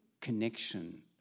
connection